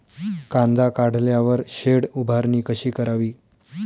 कांदा काढल्यावर शेड उभारणी कशी करावी?